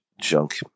junk